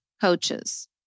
coaches